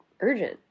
urgent